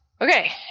Okay